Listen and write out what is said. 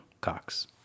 Cox